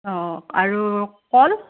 অ' আৰু কল